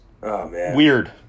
weird